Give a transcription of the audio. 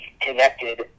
connected